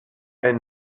and